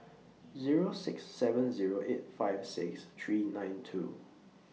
Zero six seven Zero eight five six three nine two